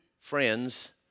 friends